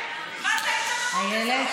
חברת הכנסת איילת